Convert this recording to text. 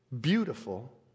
beautiful